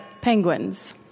Penguins